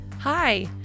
Hi